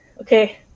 okay